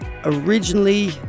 Originally